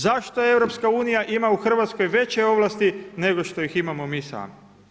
Zašto EU ima u Hrvatskoj veće ovlasti nego što ih imamo mi sami?